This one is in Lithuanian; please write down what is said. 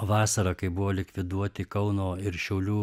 vasara kai buvo likviduoti kauno ir šiaulių